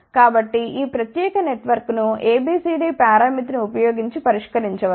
కాబట్టి ఈ ప్రత్యేక నెట్వర్క్ను ABCD పారామితిని ఉపయోగించి పరిష్కరించవచ్చు